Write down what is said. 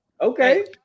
okay